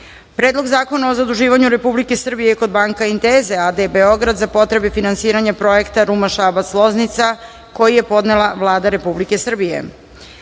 Predlog zakona o zaduživanju Republike Srbije kod Banca Intesa AD Beograd za potrebe finansiranja Projekta Ruma – Šabac – Loznica, koji je podnela Vlada Republike Srbije;8.